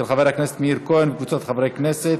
של חבר הכנסת מאיר כהן וקבוצת חברי הכנסת.